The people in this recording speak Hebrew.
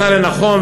מצא לנכון,